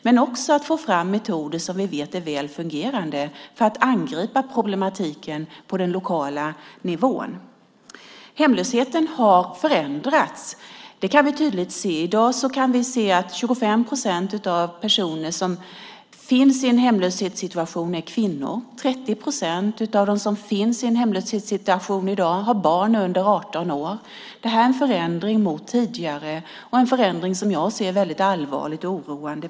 Det är också viktigt att få fram metoder som vi vet är väl fungerande för att angripa problemen på den lokala nivån. Hemlösheten har förändrats. Det kan vi tydligt se. I dag är 25 procent av de hemlösa är kvinnor. 30 procent av de hemlösa i dag har barn under 18 år. Det är en förändring mot tidigare som jag ser väldigt allvarligt på. Det är oroande.